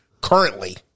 Currently